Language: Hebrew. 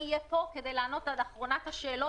אני אהיה פה כדי לענות עד אחרונת השאלות,